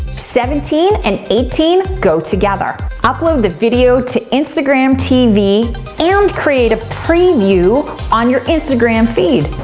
seventeen and eighteen go together. upload the video to instagram tv and create a preview on your instagram feed.